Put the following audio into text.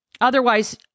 Otherwise